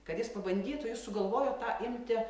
kad jis pabandytų jis sugalvojo tą imti